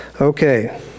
Okay